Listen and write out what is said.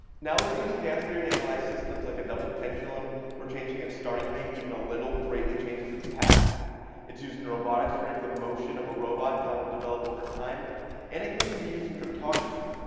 now we can use chaos theory to analyze systems like a double pendulum we're changing its starting high even a little greatly changes its path it's using robotics to predict the motion of a robot and how it will develop over time and it can even be using cryptography